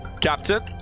Captain